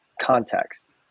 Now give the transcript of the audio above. context